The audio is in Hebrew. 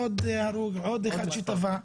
עוד אחד שטבע,